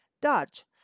Dodge